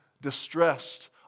distressed